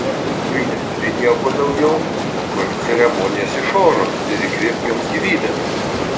kai neturi nieko daugiau kurk ceremonijas iš oro ir įkvėpk joms gyvybės